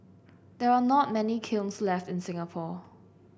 there are not many kilns left in Singapore